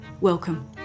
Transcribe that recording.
welcome